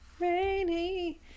rainy